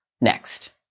next